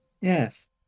Yes